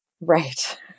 Right